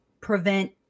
prevent